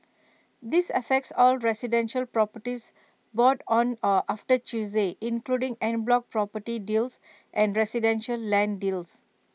this affects all residential properties bought on or after Tuesday including en bloc property deals and residential land deals